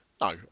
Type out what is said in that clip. No